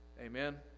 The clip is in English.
Amen